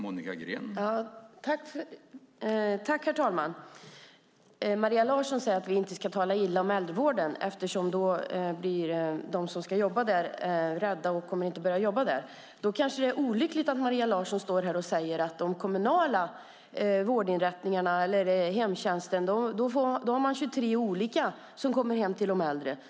Herr talman! Maria Larsson säger att vi inte ska tala illa om äldrevården, eftersom de som ska jobba där då blir rädda och inte kommer att börja jobba där. Då kanske det är olyckligt att Maria Larsson står här och säger att man i den kommunala hemtjänsten har 23 olika personer som kommer hem till de äldre.